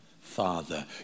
father